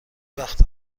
وقت